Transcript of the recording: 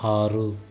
ఆరు